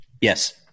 Yes